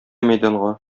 мәйданга